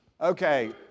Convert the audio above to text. okay